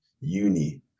uni